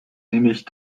nämlich